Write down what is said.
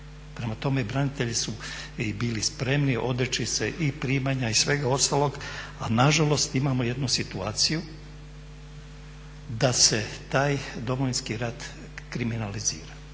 Prema tome branitelji su i bili spremni odreći se i primanja i svega ostalog a nažalost imamo jednu situaciju da se taj Domovinski rat kriminalizira.